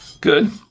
Good